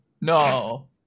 No